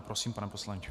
Prosím, pane poslanče.